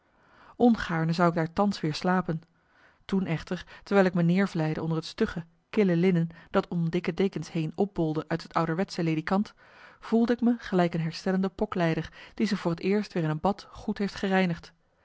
ongaarne zou ik daar thans weer slapen toen echter terwijl ik me neervlijde onder het stugge kille linnen dat om dikke dekens heen opbolde uit het marcellus emants een nagelaten bekentenis ouderwetsche lidikant voelde ik me gelijk een herstellende poklijder die zich voor t eerst weer in een bad goed heeft gereinigd